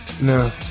No